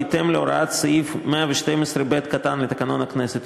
בהתאם להוראות סעיף 112(ב) לתקנון הכנסת,